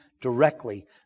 directly